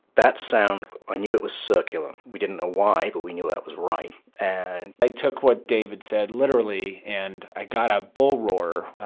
that sound, i knew it was circular. we didn't know why, but we knew that was right, and i took what david said literally, and i got a bullroarer.